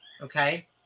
Okay